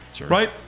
Right